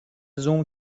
زوم